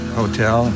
hotel